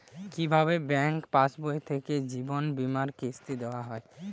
কি ভাবে ব্যাঙ্ক পাশবই থেকে জীবনবীমার কিস্তি দেওয়া হয়?